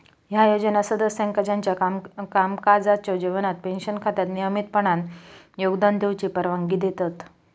ह्या योजना सदस्यांका त्यांच्यो कामकाजाच्यो जीवनात पेन्शन खात्यात नियमितपणान योगदान देऊची परवानगी देतत